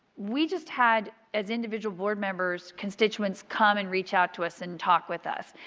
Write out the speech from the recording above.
we just had as individual board members constituents come and reach out to us and talk with us.